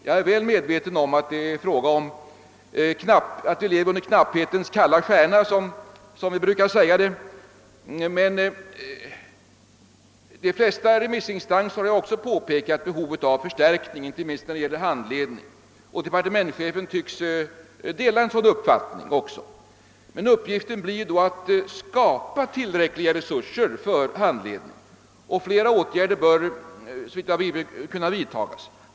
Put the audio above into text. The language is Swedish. Jag är väl medveten om att vi lever under knapphetens kalla stjärna som vi brukar säga, men de flesta remissinstanser har ju också påpekat behovet av förstärkning, inte minst när det gäller handledning, och departementschefen tycks dela denna uppfattning. Uppgiften blir då att skapa tillräckliga resurser för handledning, och flera åtgärder bör såvitt jag förstår kunna vidtas.